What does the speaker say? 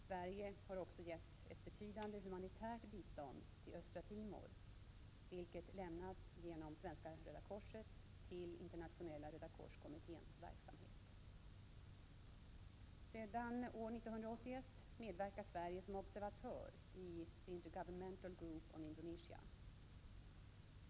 Sverige har också gett ett betydande Sedan år 1981 medverkar Sverige som observatör i the Inter-Governmental Group on Indonesia.